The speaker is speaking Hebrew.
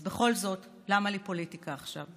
אז בכל זאת, למה לי פוליטיקה עכשיו?